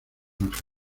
ángeles